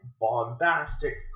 bombastic